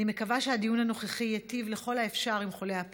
אני מקווה שהדיון הנוכחי ייטיב ככל האפשר